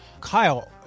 Kyle